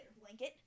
blanket